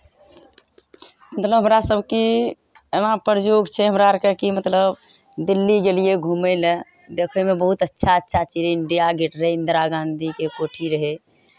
हमरा सभके एना प्रयोग छै हमरा आरके कि मतलब दिल्ली गेलियै घुमै लए देखैमे बहुत अच्छा अच्छा चीज इण्डिया गेट रहै इन्दिरा गाँधीके कोठी रहै